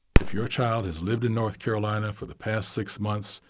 if your child has lived in north carolina for the past six months,